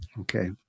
Okay